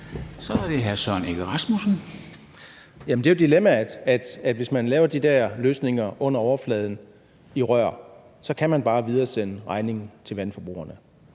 Kl. 10:43 Søren Egge Rasmussen (EL): Jamen det er jo dilemmaet, at hvis man laver de der løsninger under overfladen, i rør, så kan man bare videresende regningen til vandforbrugerne.